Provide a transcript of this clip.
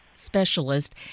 specialist